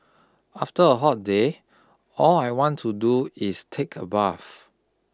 after a hot day all I want to do is take a bath